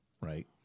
right